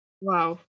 wow